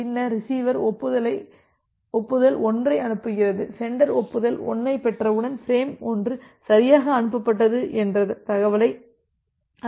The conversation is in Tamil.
பின்னர் ரிசிவர் ஒப்புதல் 1ஐ அனுப்புகிறது சென்டர் ஒப்புதல் 1 ஐப் பெற்றவுடன் பிரேம் 1 சரியாக அனுப்பப்பட்டது என்ற தகவலை அறிய முடியும்